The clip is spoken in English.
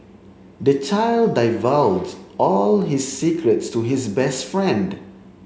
the child divulged all his secrets to his best friend